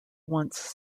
once